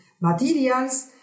materials